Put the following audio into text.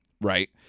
right